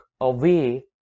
away